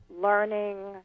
learning